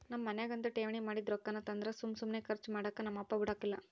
ನಮ್ ಮನ್ಯಾಗಂತೂ ಠೇವಣಿ ಮಾಡಿದ್ ರೊಕ್ಕಾನ ತಂದ್ರ ಸುಮ್ ಸುಮ್ನೆ ಕರ್ಚು ಮಾಡಾಕ ನಮ್ ಅಪ್ಪ ಬುಡಕಲ್ಲ